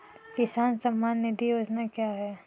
किसान सम्मान निधि योजना क्या है?